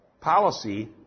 policy